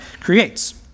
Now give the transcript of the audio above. creates